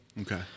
Okay